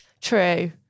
true